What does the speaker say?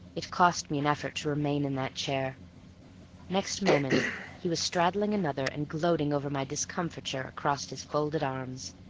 it cost me an effort to remain in that chair next moment he was straddling another and gloating over my discomfiture across his folded arms.